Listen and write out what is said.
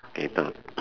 okay talk